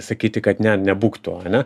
sakyti kad ne nebūk tu ane